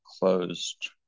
closed